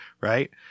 right